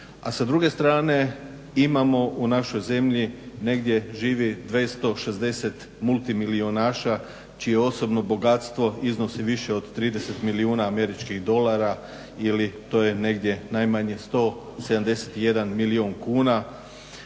A sa druge strane imamo u našoj zemlji negdje živi 260 multimilijunaša čije osobno bogatstvo iznosi više od 30 milijuna američkih dolara ili to je negdje najmanje 171 milijun kuna,